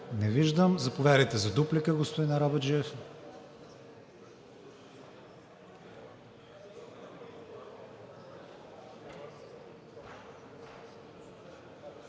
Не виждам. Заповядайте за дуплика, господин Арабаджиев.